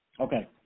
Okay